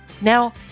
now